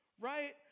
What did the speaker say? Right